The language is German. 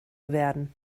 werden